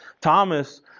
Thomas